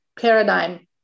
paradigm